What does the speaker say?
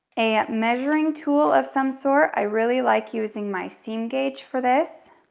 a measuring tool of some sort, i really like using my seam gauge for this.